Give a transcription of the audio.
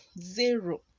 zero